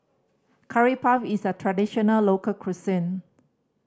Curry Puff is a traditional local cuisine